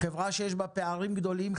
חברה שיש בה פערים גדולים,